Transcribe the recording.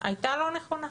הייתה לא נכונה.